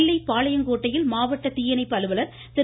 நெல்லை பாளையங்கோட்டையில் மாவட்ட தீயணைப்பு அலுவலர் திரு